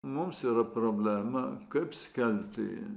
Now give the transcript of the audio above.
mums yra problema kaip skelbti